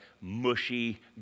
mushy